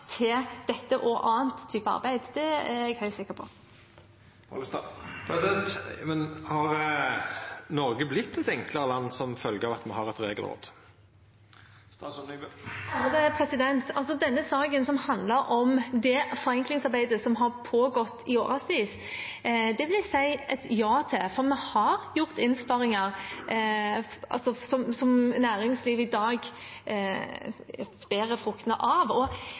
til dette og annet med sitt arbeid, er jeg helt sikker på. Har Noreg vorte eit enklare land som følgje av at me har eit regelråd? Denne saken handler om det forenklingsarbeidet som har pågått i årevis, og jeg vil svare ja, for vi har gjort innsparinger som næringslivet i dag bærer fruktene av.